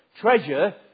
Treasure